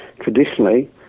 traditionally